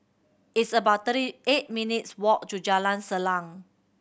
it's about thirty eight minutes' walk to Jalan Salang